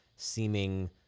seeming